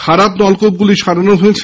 খারাপ নলকূপগুলি সারানো হয়েছে